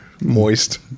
Moist